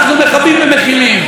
אנחנו מכבים ומכילים.